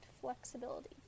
flexibility